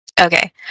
Okay